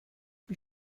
wie